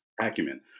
acumen